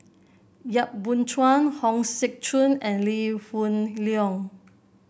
Yap Boon Chuan Hong Sek Chern and Lee Hoon Leong